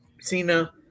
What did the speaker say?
Cena